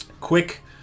Quick